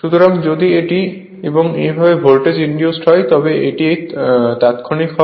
সুতরাং যদি এটি এবং একইভাবে ভোল্টেজ ইন্ডিউজড হবে তবে এটি তাত্ক্ষণিক হবে